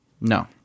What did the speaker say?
no